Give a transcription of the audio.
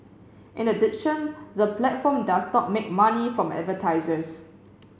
in addition the platform does not make money from advertisers